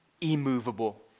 Immovable